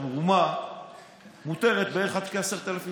הרי תרומה מותרת בערך עד כ-10,000 שקל.